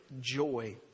joy